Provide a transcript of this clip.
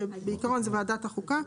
שזה בעיקרון ועדת החוקה,